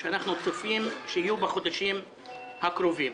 שאנחנו צופים שיהיו בחודשים הקרובים.